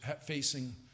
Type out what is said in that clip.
facing